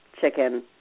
chicken